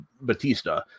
Batista